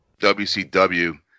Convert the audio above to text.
WCW